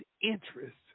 interest